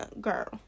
girl